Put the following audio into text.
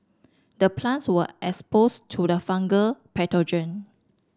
the plants were exposed to the fungal pathogen